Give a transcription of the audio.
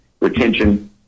retention